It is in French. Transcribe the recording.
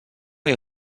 est